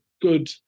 good